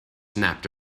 snapped